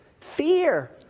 Fear